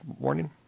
morning